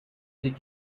did